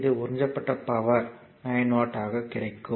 எனவே உறிஞ்சப்படும் power 9 watt ஆக இருக்கும்